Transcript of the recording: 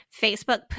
Facebook